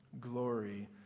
glory